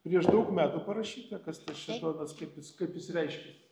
prieš daug metų parašyta kas tas šėtonas kaip jis kaip jis reiškiasi